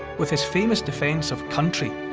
with his famous defence of country,